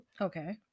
Okay